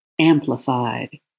amplified